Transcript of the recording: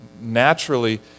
naturally